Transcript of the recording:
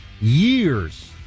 years